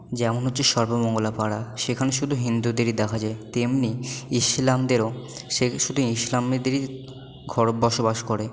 যেমন হচ্ছে সর্বমঙ্গলা পাড়া সেখানে শুধু হিন্দুদেরই দেখা যায় তেমনি ইসলামদেরও শুধু ইসলামদেরই ঘর বসবাস করে